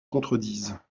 contredisent